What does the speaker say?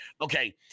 Okay